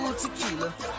tequila